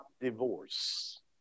divorce